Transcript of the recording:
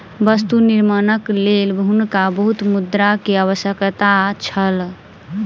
वस्तु निर्माणक लेल हुनका बहुत मुद्रा के आवश्यकता छल